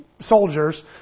soldiers